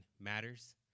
matters